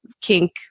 kink